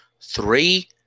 three